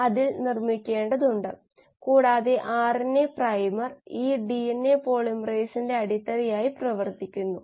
അങ്ങനെയാണെങ്കിൽ നിരീക്ഷിച്ച ഫ്ലക്സുകൾ അത് ശരിക്കും നിരീക്ഷിച്ചിട്ടില്ലെങ്കിൽ നമുക്ക് പറയാം ഈ 2 എണ്ണം ഒഴിവാക്കിയാൽ ഫ്ലക്സുകൾ ഇതുപോലെയായി മാറുന്നു